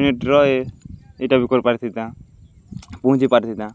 ମିନିଟ୍ର ଇ ଇଟା ବି କରିପାରିଥିତା ପହଞ୍ଚି ପାରିଥିତା